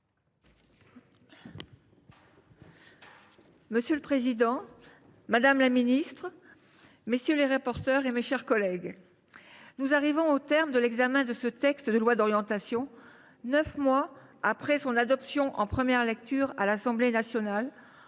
Monsieur le président, madame la ministre, mes chers collègues, nous arrivons au terme de l’examen de ce projet de loi d’orientation, neuf mois après son adoption en première lecture à l’Assemblée nationale,